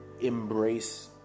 embrace